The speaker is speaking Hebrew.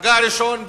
ממגע ראשון,